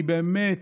אני באמת